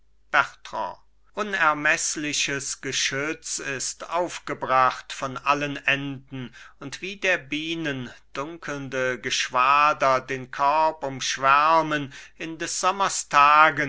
bertrand unermeßliches geschütz ist aufgebracht von allen enden und wie der bienen dunkelnde geschwader den korb umschwärmen in des